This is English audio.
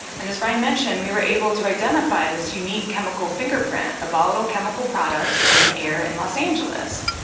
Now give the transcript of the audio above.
and as brian mentioned, we were able to identify this unique chemical fingerprint of volatile chemical products in the air in los angeles.